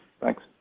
thanks